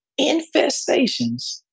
Infestations